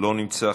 לא נמצא,